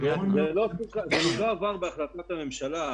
זה לא עבר בהחלטת הממשלה.